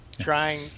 trying